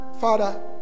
Father